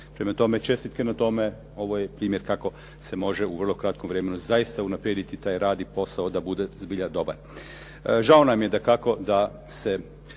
Prema tome, čestitke na tome. Ovo je primjer kako se može u vrlo kratkom vremenu zaista unaprijediti taj rad i posao da bude zbilja dobar. Žao nam je dakako da se